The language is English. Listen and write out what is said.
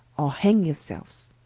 or hang your selues.